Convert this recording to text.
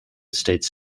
states